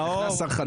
נכנס שר חדש.